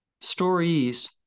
Stories